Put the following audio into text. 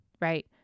right